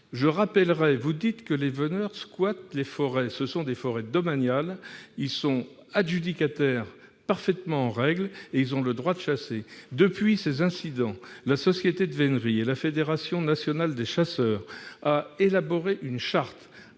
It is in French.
en épingle. Vous dites que les veneurs squattent les forêts : ils sont, dans ces forêts domaniales, adjudicataires et parfaitement en règle ; ils ont le droit de chasser. Depuis ces incidents, la société de vénerie et la fédération nationale des chasseurs ont élaboré une charte